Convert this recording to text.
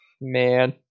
Man